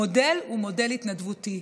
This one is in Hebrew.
המודל הוא מודל התנדבותי.